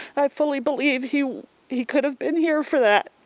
i fully believe he he could've been here for that